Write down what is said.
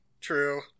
true